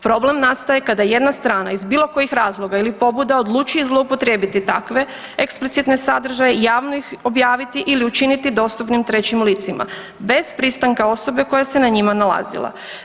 Problem nastaje kada jedna strana iz bilo kojih razloga ili pobuda odlučuje zloupotrijebiti takve eksplicitne sadržaje i javno ih objaviti ili učiniti dostupnih trećim licima bez pristanka osobe koja se na njima nalazila.